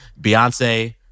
Beyonce